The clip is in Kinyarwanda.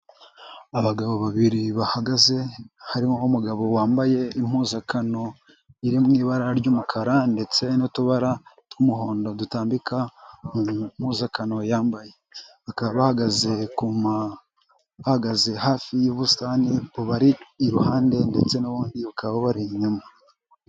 Abagabo babiri bahagaze harimo umugabo wambaye impuzankano iri mu ibara ry'umukara ndetse n'utubara tw'umuhondo dutambika mu mpuzakano yambaye, bakaba bahagaze ku bahagaze hafi y'ubusitani bubari iruhande, ndetse n'ubundi bukaba bubari inyuma.